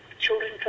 children